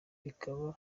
rikaba